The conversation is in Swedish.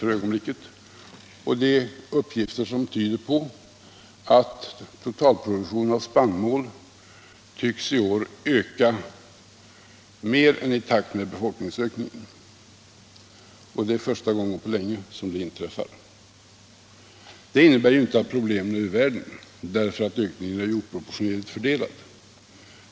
Det föreligger nämligen uppgifter som tyder på att totalproduktionen av spannmål i år tycks öka i snabbare takt än befolkningsökningen. Det är första gången på länge som det inträffar. Det innebär inte att problemen är ur världen, eftersom ökningen är oproportionerligt fördelad.